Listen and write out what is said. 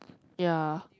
ya